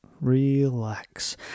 relax